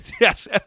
Yes